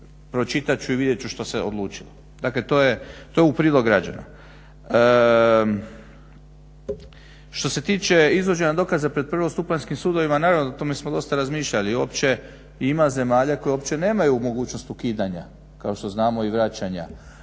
pročitat ću i vidjet ću što se odlučilo. Dakle to je u prilog građana. Što se tiče izvođenja dokaza pred prvostupanjskim sudovima naravno o tome smo dosta razmišljali i uopće ima zemalja koje uopće nemaju mogućnost ukidanja kao što znamo i vraćanja.